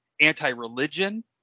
anti-religion